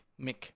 Mick